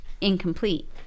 incomplete